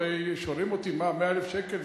הרי שואלים אותי: מה, 100,000 שקל?